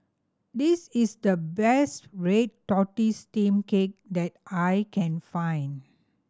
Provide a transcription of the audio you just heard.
this is the best red tortoise steamed cake that I can find